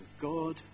God